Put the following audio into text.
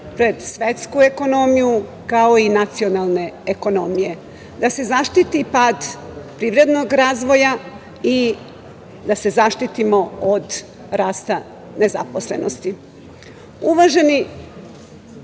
pred svetsku ekonomiju, kao i nacionalne ekonomije, da se zaštiti pad privrednog razvoja i da se zaštitimo od rasta nezaposlenosti. Uvaženi